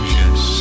yes